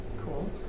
Cool